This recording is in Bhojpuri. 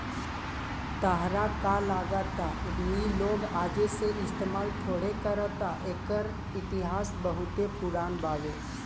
ताहरा का लागता रुई लोग आजे से इस्तमाल थोड़े करता एकर इतिहास बहुते पुरान बावे